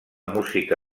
música